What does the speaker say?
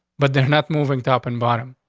but they're not moving top and bottom.